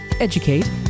educate